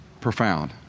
profound